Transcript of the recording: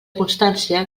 constància